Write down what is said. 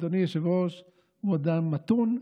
אדוני היושב-ראש הוא אדם מתון,